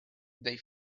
they